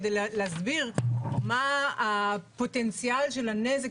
כדי להסביר מה הפוטנציאל של הנזק,